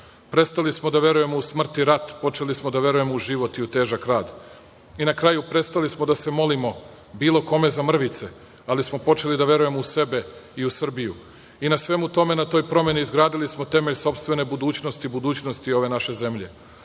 Prestali smo da verujemo u smrt i rat. Počeli smo da verujemo u život i u težak rad. Na kraju, prestali smo da se molimo bilo kome za mrvice, ali smo počeli da verujemo u sebe i u Srbiju. U svemu tome, na toj promeni, izgradili smo temelj sopstvene budućnosti i budućnosti ove naše zemlje. Na